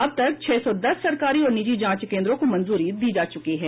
अब तक छह सौ दस सरकारी और निजी जांच केन्द्रों को मंजूरी दी जा चुकी है